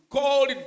called